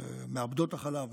שמעבדות את החלב,